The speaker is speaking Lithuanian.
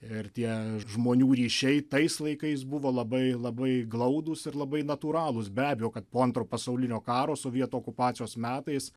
ir tie žmonių ryšiai tais laikais buvo labai labai glaudūs ir labai natūralūs be abejo kad po antro pasaulinio karo sovietų okupacijos metais